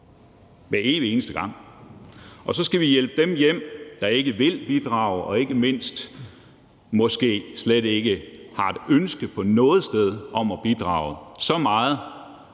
hver evig eneste gang. Og så skal vi hjælpe dem hjem, der ikke vil bidrage og ikke mindst måske slet ikke har et ønske på noget sted om at bidrage – så lidt